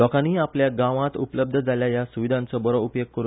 लोकांनी आपल्या गावांत उपलब्ध जाल्ल्या हया सुविधांचो बरो उपेग करून घेवचो